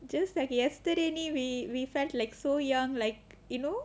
just like yesterday we we felt like so young like you know